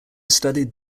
studied